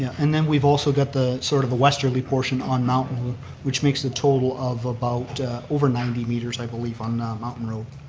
and then we've also got the sort of the westerly portion on mountain which makes the total of about over ninety meters, i believe, on mountain road.